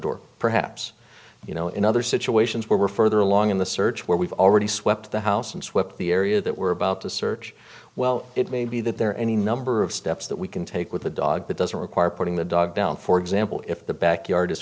door perhaps you know in other situations where we're further along in the search where we've already swept the house and swept the area that we're about to search well it may be that there are any number of steps that we can take with the dog that doesn't require putting the dog down for example if the back yard is